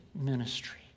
ministry